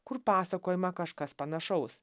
kur pasakojama kažkas panašaus